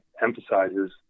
emphasizes